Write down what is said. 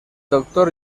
doctor